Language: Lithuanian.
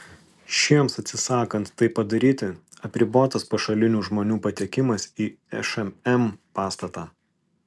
šiems atsisakant tai padaryti apribotas pašalinių žmonių patekimas į šmm pastatą